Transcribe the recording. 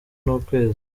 n’ukwezi